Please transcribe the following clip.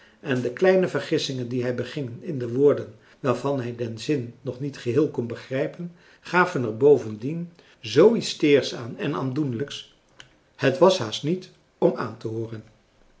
en de kleine vergissingen die hij beging in de woorden waarvan hij den zin nog niet geheel kon begrijpen gaven er bovendien zoo iets teers aan en aandoenlijks het was haast niet om aan te hooren